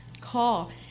call